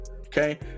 okay